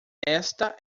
esta